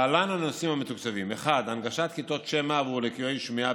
להלן הנושאים המתוקצבים: הנגשת כיתות שמע עבור לקויי שמיעה,